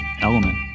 element